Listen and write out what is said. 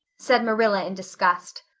said marilla in disgust.